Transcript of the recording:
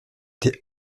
t’es